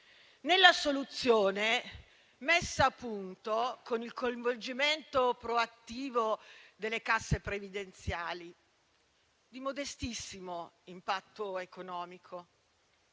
la soluzione messa a punto con il coinvolgimento proattivo delle casse previdenziali, di modestissimo impatto economico